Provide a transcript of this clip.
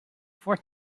four